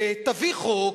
תביא חוק,